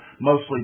mostly